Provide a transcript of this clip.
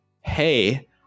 hey